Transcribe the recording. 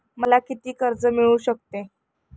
मला किती कर्ज मिळू शकते?